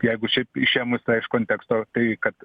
jeigu šiaip išėmus tą iš konteksto tai kad